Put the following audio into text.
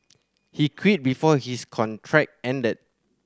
he quit before his contract ended